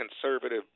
conservative